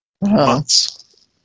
months